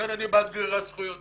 לכן אני בעד גרירת זכויות.